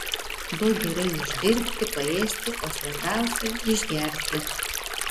duok gerai uždirbti paėsti o svarbiausia išgerti